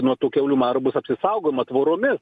nuo to kiaulių maro bus apsisaugoma tvoromis